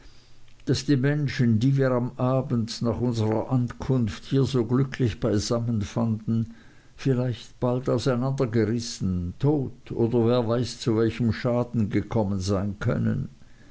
daß die menschen die wir am abend nach unserer ankunft hier so glücklich beisammen fanden vielleicht bald auseinander gerissen tot oder wer weiß zu welchem schaden gekommen sein können